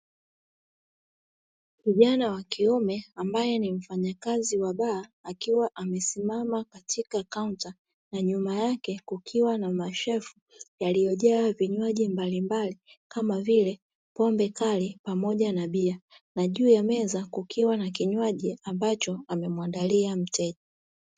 Kijana wa kiume ambaye ni mfanyakazi wa baa akiwa amesimama katika kaunta, na nyuma yake kukiwa na ma shelfu yaliyo jaa vinywaji mbalimbali kama vile pombe kali pamoja na bia, na juu ya meza kukiwa na kinywaji ambacho amemuandalia mteja.